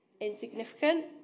Insignificant